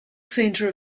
center